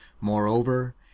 moreover